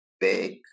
big